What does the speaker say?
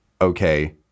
okay